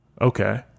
okay